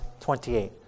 28